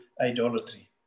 idolatry